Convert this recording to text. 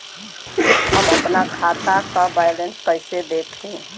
हम आपन खाता क बैलेंस कईसे देखी?